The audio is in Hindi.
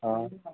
हाँ